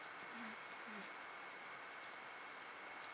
um um